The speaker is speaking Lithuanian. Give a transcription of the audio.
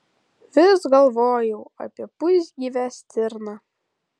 vis galvojau apie pusgyvę stirną